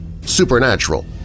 supernatural